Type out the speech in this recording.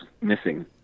missing